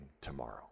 tomorrow